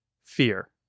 fear